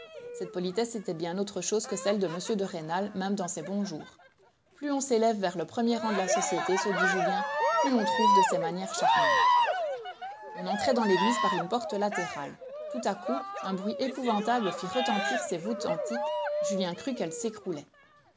cette politesse était bien autre chose que celle de m de rênal même dans ses bons jours plus on s'élève vers le premier rang de la société se dit julien plus on trouve de ces manières charmantes on entrait dans l'église par une porte latérale tout à coup un bruit épouvantable fit retentir ses voûtes antiques julien crut qu'elles s'écroulaient